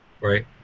right